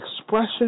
expression